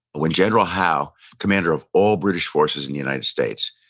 when general howe, commander of all british forces in the united states,